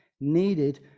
needed